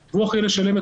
ומשפחתי,